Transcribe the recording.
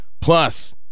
Plus